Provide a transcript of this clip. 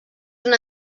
una